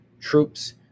troops